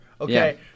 Okay